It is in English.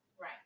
Right